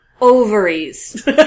ovaries